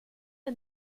der